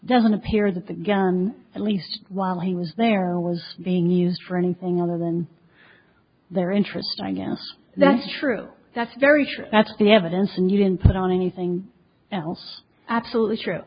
doesn't appear that the gun at least while he was there was being used for anything other than their interest that's true that's very true that's the evidence and you can put on anything else absolutely true